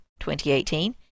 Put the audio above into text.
2018